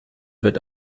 wird